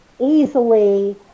easily